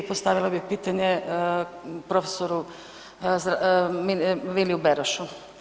Postavila bih pitanje prof. Viliju Berošu.